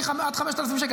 עד 5,000 שקל.